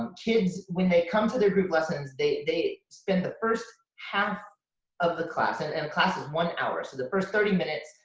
um kids, when they come to their group lessons, they they spend the first half of the class, and and class is one hour, so the first thirty minutes,